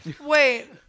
Wait